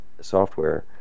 software